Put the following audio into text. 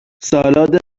سالاد